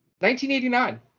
1989